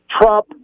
Trump